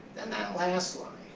then that last line,